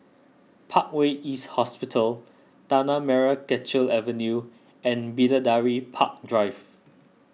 Parkway East Hospital Tanah Merah Kechil Avenue and Bidadari Park Drive